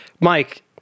Mike